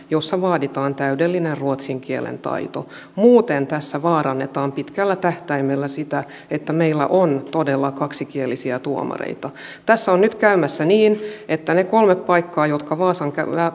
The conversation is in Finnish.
joissa vaaditaan täydellinen ruotsin kielen taito muuten tässä vaarannetaan pitkällä tähtäimellä sitä että meillä on todella kaksikielisiä tuomareita tässä on nyt käymässä niin että ne kolme paikkaa jotka vaasan